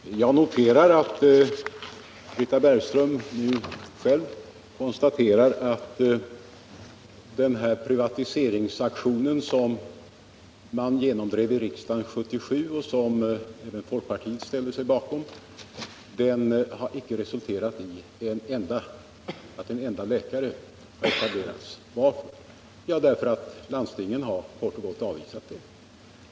Herr talman! Jag noterar att Britta Bergström nu själv konstaterar att den privatiseringsaktion som man genomdrev i riksdagen 1977 och som även folkpartiet ställde sig bakom resulterat i att inte en enda privatläkarmottagning etablerats. Varför? Jo, därför att landstingen kort och gott har avvisat det.